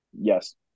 Yes